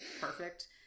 perfect